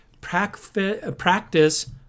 practice